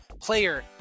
player